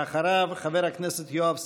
ואחריו, חבר הכנסת יואב סגלוביץ'.